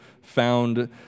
found